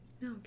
No